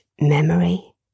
memory